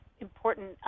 important